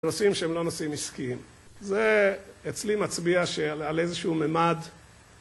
נושאים שהם לא נושאים עיסקים, זה אצלי מצביע על איזשהו מימד